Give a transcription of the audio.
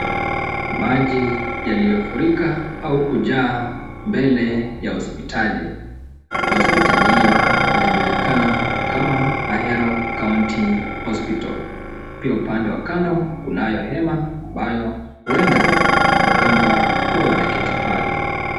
Maji yaliyofurika au kujaa mbele ya hospitali. Hospitali hiyo inajulikana kama Ahero county hospital . Pia upande wa kando kunayo hema ambayo huenda wagonjwa huwa wanaketi pale.